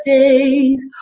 days